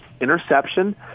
interception